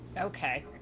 Okay